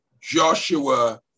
joshua